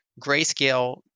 Grayscale